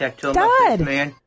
God